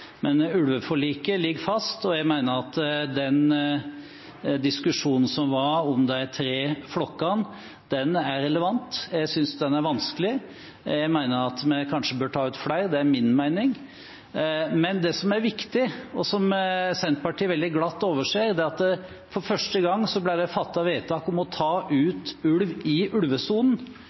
Men ulveforliket ligger fast, og jeg mener at den diskusjonen som var om de tre flokkene, er relevant. Jeg synes den er vanskelig. Jeg mener at vi kanskje bør ta ut flere – det er min mening. Men det som er viktig, og som Senterpartiet veldig glatt overser, er at for første gang ble det fattet vedtak om å ta ut ulv i ulvesonen.